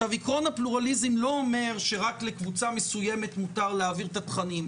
עיקרון הפלורליזם לא אומר שרק לקבוצה מסוימת מותר להעביר את התכנים.